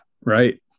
right